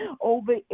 over